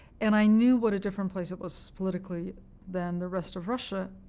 and i knew what a different place it was politically than the rest of russia,